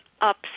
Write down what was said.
ups